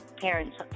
parents